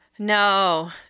No